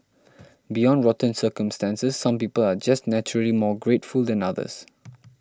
beyond rotten circumstances some people are just naturally more grateful than others